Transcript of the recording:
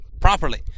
properly